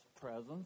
presence